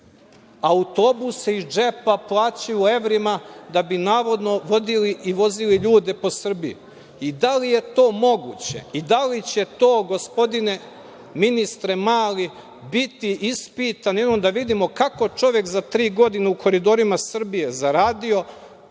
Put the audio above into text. autobuse iz džepa plaćaju evrima da bi, navodno, vodili i vozili ljude po Srbiji. Da li je to moguće i da li će to, gospodine ministre Mali, biti ispitano, da vidimo kako je čovek za tri godine u Koridorima Srbije zaradio